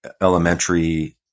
elementary